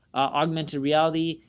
augmented reality.